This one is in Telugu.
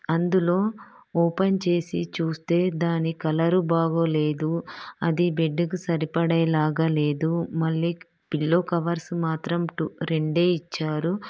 అందులో ఓపెన్ చేసి చూస్తే దాని కలరు బాగా లేదు అది బెడ్కి సరిపడేలాగా లేదు మళ్ళీ పిల్లో కవర్సు మాత్రం టు రెండే ఇచ్చారు